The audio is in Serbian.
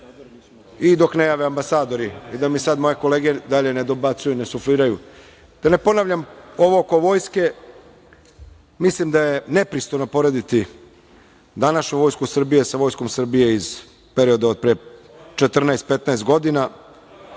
i dok ne jave ambasadori, da mi sad moje kolege dalje ne dobacuju, ne sufliraju. Da ne ponavljam, ovo oko vojske, mislim da je nepristojno porediti današnju Vojsku Srbije sa Vojskom Srbije iz perioda od pre 14, 15 godina,